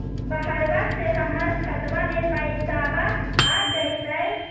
बहरबा से हमर खातबा में पैसाबा आ जैतय?